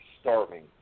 starving